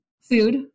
food